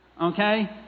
Okay